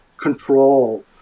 control